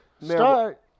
Start